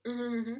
mmhmm